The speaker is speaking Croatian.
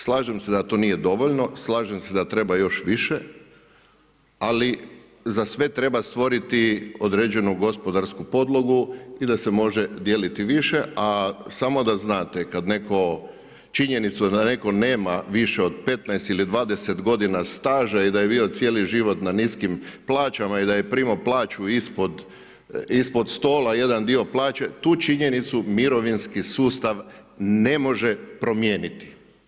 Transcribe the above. Slažem se da to nije dovoljno, slažem se da treba još više, ali za sve treba stvoriti određenu gospodarsku podlogu i da se može dijeliti više, a samo da znate, kad netko činjenicu da netko nema više od 15 ili 20 godina staža i da je bio cijeli život na niskim plaćama i da je primao plaću ispod stola (jedan dio plaće), tu činjenicu mirovinski sustav ne može promijeniti.